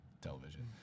television